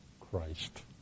Christ